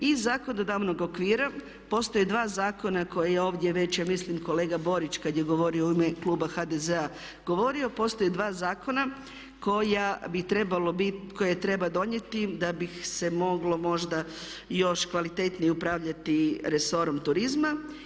Iz zakonodavnog okvira postoje dva zakona koje je ovdje već ja mislim kolega Borić kad je govorio u ime Kluba HDZ-a govorio, postoje dva zakona koja bi trebalo bit, koja treba donijeti da bi se moglo možda još kvalitetnije upravljati resorom turizma.